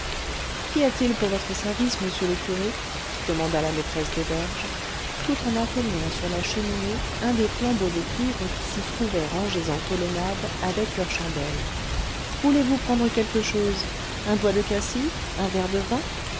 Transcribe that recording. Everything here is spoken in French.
qu'y a-t-il pour votre service monsieur le curé demanda la maîtresse d'auberge tout en atteignant sur la cheminée un des flambeaux de cuivre qui s'y trouvaient rangés en colonnade avec leurs chandelles voulez-vous prendre quelque chose un doigt de cassis un verre de vin